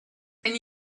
can